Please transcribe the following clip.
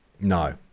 No